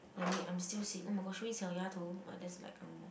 let me I'm still see oh my god should we eat Xiao Ya Tou that's like Ang-Moh